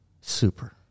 Super